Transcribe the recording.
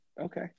Okay